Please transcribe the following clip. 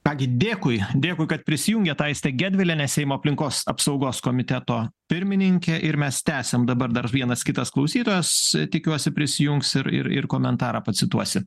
ką gi dėkui dėkui kad prisijungėt aistė gedvilienė seimo aplinkos apsaugos komiteto pirmininkė ir mes tęsiam dabar dar vienas kitas klausytojas tikiuosi prisijungs ir ir ir komentarą pacituosi